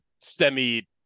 semi